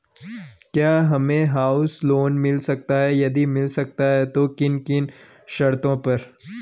क्या हमें house loan मिल सकता है यदि मिल सकता है तो किन किन शर्तों पर?